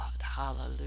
Hallelujah